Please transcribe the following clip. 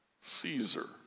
Caesar